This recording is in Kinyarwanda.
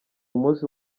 umunsi